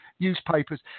newspapers